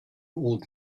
old